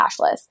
cashless